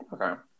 Okay